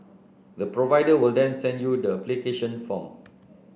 the provider will then send you the application form